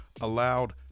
allowed